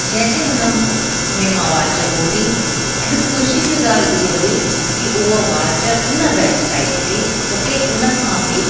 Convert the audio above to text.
जें ते हुनमें मां वाच ॻोली ऐं ख़ुशी जी ॻाल्हि हीअ हुई की हूअ वाच उन वेबसाइट ते मूंखे उन खां बि